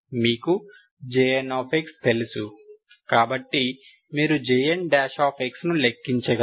మీకు Jn తెలుసు కాబట్టి మీరు Jn ను లెక్కించగలరు